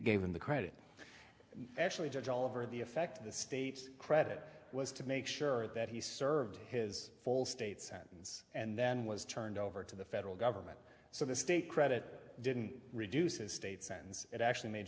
gave him the credit actually judge all over the effect of the state's credit was to make sure that he served his full state sentence and then was turned over to the federal government so the state credit didn't reduce his state sends it actually made